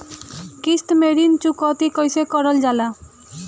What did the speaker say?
किश्त में ऋण चुकौती कईसे करल जाला?